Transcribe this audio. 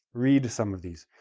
read some of these.